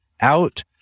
out